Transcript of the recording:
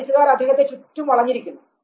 പോലീസുകാർ അദ്ദേഹത്തെ ചുറ്റും വളഞ്ഞിരിക്കുന്നു